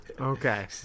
Okay